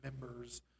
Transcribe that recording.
members